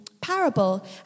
parable